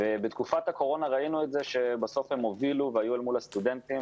בתקופת הקורונה ראינו שבסוף הם הובילו והיו אל מול הסטודנטים,